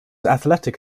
athletic